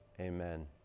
amen